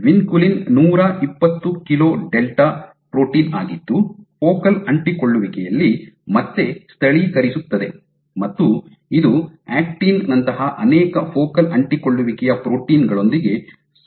vinculin ನೂರ ಇಪ್ಪತ್ತು kilo delta protein ಆಗಿದ್ದು ಫೋಕಲ್ ಅಂಟಿಕೊಳ್ಳುವಿಕೆಯಲ್ಲಿ ಮತ್ತೆ ಸ್ಥಳೀಕರಿಸುತ್ತದೆ ಮತ್ತು ಇದು ಆಕ್ಟಿನ್ ನಂತಹ ಅನೇಕ ಫೋಕಲ್ ಅಂಟಿಕೊಳ್ಳುವಿಕೆಯ ಪ್ರೋಟೀನ್ ಗಳೊಂದಿಗೆ ಸಂವಹಿಸುತ್ತದೆ